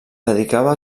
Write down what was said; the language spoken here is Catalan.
dedicava